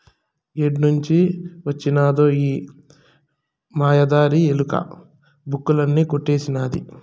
ఏడ్నుంచి వొచ్చినదో ఈ మాయదారి ఎలక, బుక్కులన్నీ కొట్టేసినాది